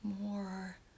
more